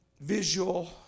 visual